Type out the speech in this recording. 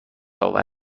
آور